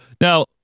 now